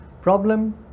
Problem